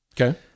Okay